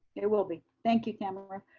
it will be, thank you, tamara,